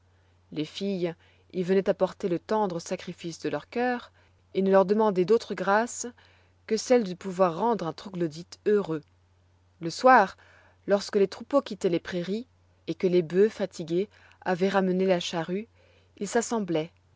les filles y venoient apporter le tendre sacrifice de leur cœur et ne leur demandoient d'autre grâce que celle de pouvoir rendre un troglodyte heureux le soir lorsque les troupeaux quittoient les prairies et que les bœufs fatigués avoient ramené la charrue ils s'assembloient